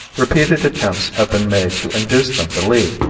repeated attempts have been made to induce them to leave,